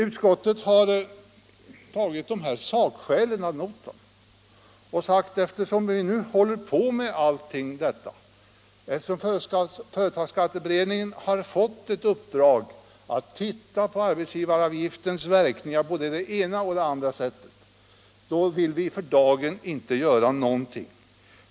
Utskottet har tagit de här sakskälen ad notam och sagt: Eftersom vi nu håller på med allt detta och eftersom företagsskatteutredningen fått = i uppdrag att se på arbetsgivaravgiftens verkningar på både det ena och Avveckling av den det andra sättet, så vill vi för dagen inte göra någonting.